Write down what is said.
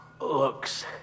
Looks